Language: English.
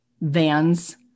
Vans